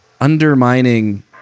undermining